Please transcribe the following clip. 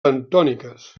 bentòniques